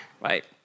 Right